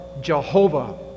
Jehovah